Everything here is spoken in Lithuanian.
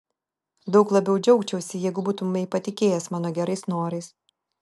daug labiau džiaugčiausi jeigu būtumei patikėjęs mano gerais norais